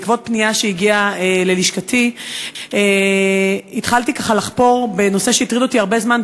בעקבות פנייה שהגיעה ללשכתי התחלתי לחפור בנושא שהטריד אותי הרבה זמן,